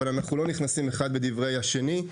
אבל אנחנו לא נכנסים אחד לדברי השני.